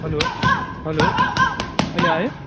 hello hello अहिले आयो